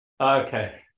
Okay